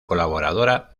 colaboradora